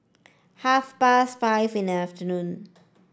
half past five in the afternoon